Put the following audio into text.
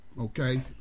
okay